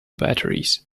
batteries